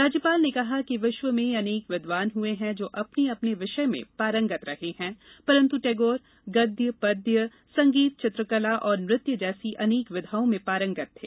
राज्यपाल ने कहा कि विश्व में अनेक विद्वान हुए हैं जो अपने अपने विषय में पारंगत रहे हैं परन्त टैगोर गद्य पद्य संगीत चित्रकला और नृत्य जैसी अनेक विधाओं में पारंगत थे